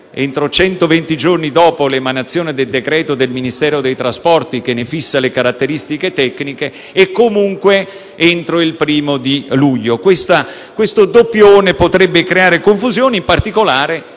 centoventi giorni dopo l'emanazione del decreto del Ministero dei trasporti che ne fissa le caratteristiche tecniche e comunque entro il primo di luglio. Questo doppione potrebbe creare confusione, in particolare